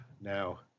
now